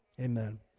Amen